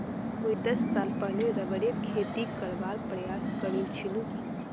मुई दस साल पहले रबरेर खेती करवार प्रयास करील छिनु